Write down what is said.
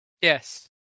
Yes